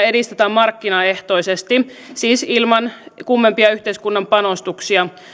edistetään markkinaehtoisesti siis ilman kummempia yhteiskunnan panostuksia